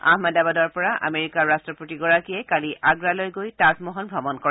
আহমেদাবাদৰ পৰা আমেৰিকাৰ ৰাট্টপতিগৰাকীয়ে কালি আগ্ৰালৈ গৈ তাজমহল ভ্ৰমণ কৰে